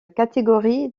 catégorie